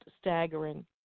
staggering